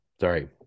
Sorry